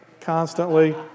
constantly